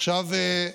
עכשיו,